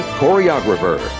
choreographer